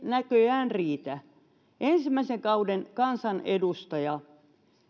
näköjään riitä ensimmäisen kauden kansanedustaja